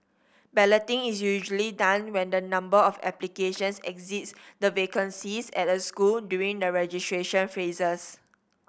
balloting is usually done when the number of applications exceeds the vacancies at a school during the registration phases